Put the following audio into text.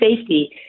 safety